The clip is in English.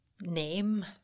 name